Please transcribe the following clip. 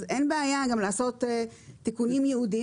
אז אין בעיה גם לעשות תיקונים ייעודיים